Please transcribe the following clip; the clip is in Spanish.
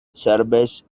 service